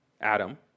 Adam